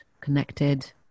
connected